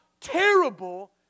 terrible